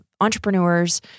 entrepreneurs